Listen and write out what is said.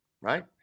Right